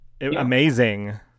Amazing